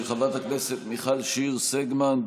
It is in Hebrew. של חברת הכנסת מיכל שיר סגמן,